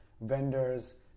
vendors